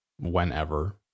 whenever